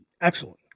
Excellent